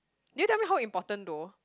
then tell me how important though